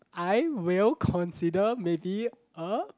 I will consider maybe a